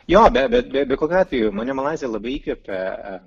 jo be be bet kokiu atveju mane malaizija labai įkvepia